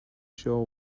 show